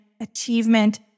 achievement